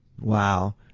Wow